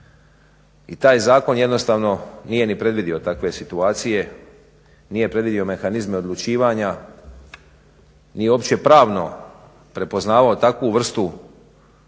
i taj zakon jednostavno nije ni predvidio takve situacije, nije predvidio mehanizme odlučivanja, nije uopće pravno prepoznavao takvu vrstu